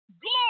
Glory